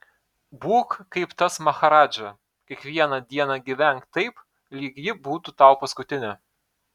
būk kaip tas maharadža kiekvieną dieną gyvenk taip lyg ji būtų tau paskutinė